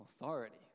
authority